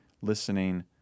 listening